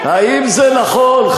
האם זה נכון,